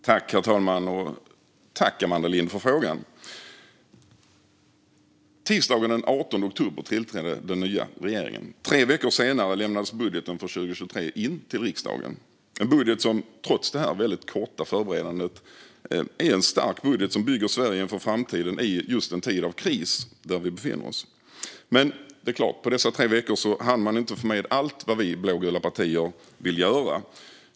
Herr talman! Tack, Amanda Lind, för frågan! Tisdagen den 18 oktober tillträdde den nya regeringen. Tre veckor senare lämnades budgeten för 2023 in till riksdagen. Det är en budget som trots den väldigt korta förberedelsetiden är en stark budget som bygger Sverige inför framtiden i just en tid av kris, där vi befinner oss. Men det är klart att man på dessa tre veckor inte hann få med allt vad vi blågula partier vill göra.